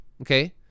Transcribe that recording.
okay